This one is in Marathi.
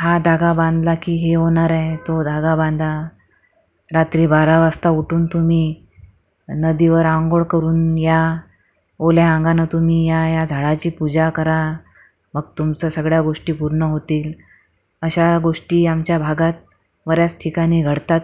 हा धागा बांधला की हे होणार आहे तो धागा बांधा रात्री बारा वाजता उठून तुम्ही नदीवर अंघोळ करून या ओल्या अंगानं तुम्ही या या झाडाची पूजा करा मग तुमचं सगळ्या गोष्टी पूर्ण होतील अशा गोष्टी आमच्या भागात बऱ्याच ठिकाणी घडतात